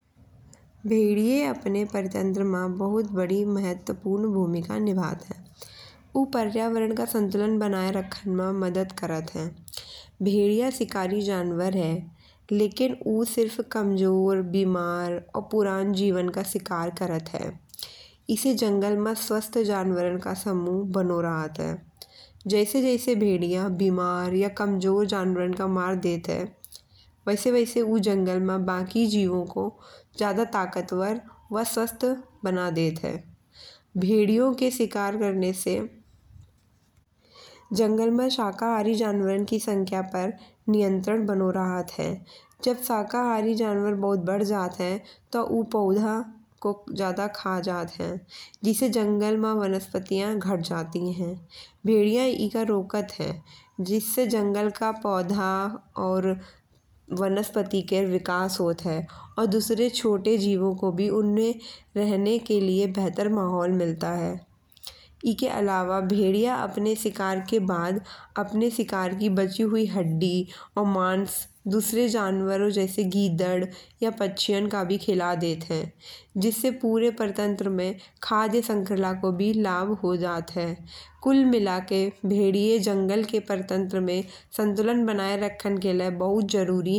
भेड़िये अपने पारतंत्र में बहुत बड़ी महत्वपूर्ण भूमिका निभात हैं। ऊ पर्यावरण का संतुलन बनाए रखन में मदद करत हैं। भेड़िया शिकारी जानवर हैं। लेकिन ऊ सिरफ कमजोर बीमार और पुराने जीवन का शिकार करत हैं। इसे जंगल में स्वस्थ्य जानवरन का समूह बनो रहत हैं। जैसे जैसे भेड़िया बीमार या कमजोर जानवरन का मार देत हैं। वैसे वैसे ऊ जंगल में बाकी जीवों को ज्यादा ताकतवर और स्वस्थ्य बना देत हैं। भेड़ियों का शिकार करने से जंगल में शाकाहारी जानवरन की संख्या पर नियंत्रण बनो रहत हैं। जब शाकाहारी जानवर बहुत बढ़ जात हैं तो ऊ पौधा को ज्यादा खा जात हैं। जिसे जंगल में वनस्पतियाँ घट जाती हैं। भेड़िया एका रोकत हैं। जिसे जंगल का पौधा और वनस्पति कर विकास होत हैं। और दूसरे छोटे जीवों को भी उनमें रहने के लिए बेहतर माहौल मिलता हैं। इके अलावा भेड़िया अपने शिकार के बाद अपने शिकार की बची हुयी हड्डी और मांस दुसरे जानवरों जैसे गीदड़ या पक्षियाँ का भी खिला देत हैं। जिससे पूरे पारतंत्र में खाद्यशृंखला को भी लाभ हो जात हैं। कुल मिला के भेड़िये जंगल के पारतंत्र में संतुलन बनाए रखन के लिए बहुत जरूरी हैं। ऊ शिकार के जरिये स्वस्थ्य जानवरों को बनाए रखत हैं। और जंगल के अन्य जीवन के लिए भी जीवनदायिनी संसाधन भी बनाए रखत हैं।